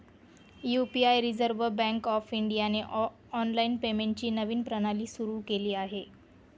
UPI reserve bank of इंडियाने online पेमेंटची नवीन प्रणाली सुरू केली आहे